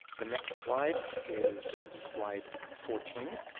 the next slide is slide fourteen,